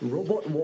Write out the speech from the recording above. Robot